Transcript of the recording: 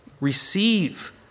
Receive